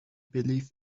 believe